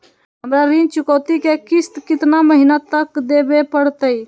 हमरा ऋण चुकौती के किस्त कितना महीना तक देवे पड़तई?